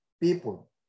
people